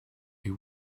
you